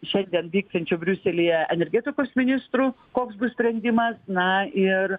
šiandien vyksiančių briuselyje energetikos ministrų koks bus sprendimas na ir